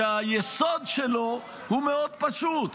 שהיסוד שלו מאוד פשוט: